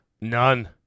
None